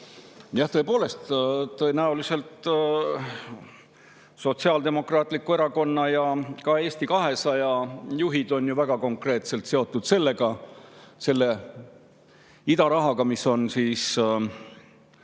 Jah, tõepoolest, tõenäoliselt on Sotsiaaldemokraatliku Erakonna ja ka Eesti 200 juhid väga konkreetselt seotud selle idarahaga, mis on ärimees